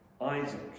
Isaac